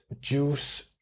juice